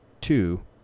two